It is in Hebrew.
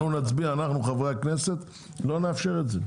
אנחנו נצביע אנחנו חברי הכנסת לא נאשר את זה,